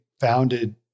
founded